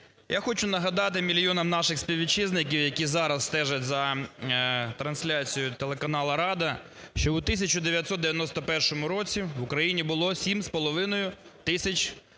Я хочу нагадати мільйонам наших співвітчизників, які зараз стежать за трансляцією телеканалу "Рада", що у 1991 році в Україні було 7,5 тисяч середніх